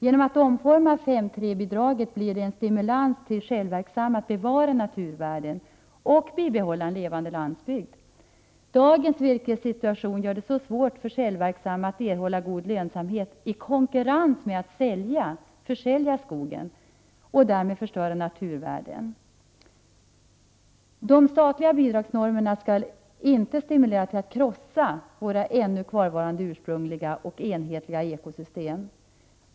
Genom att omforma 5:3-bidraget blir det stimulans till självverksamma skogsägare att bevara naturvärden och bibehålla en levande landsbygd. Dagens virkessituation gör det svårt för självverksamma ägare att erhålla god lönsamhet i konkurrens med andra genom att sälja skogen och därmed förstöra naturvärden. Den statliga bidragsnormen skall inte stimulera till att krossa vårt ännu kvarvarande, ursprungliga och enhetliga ekosystem.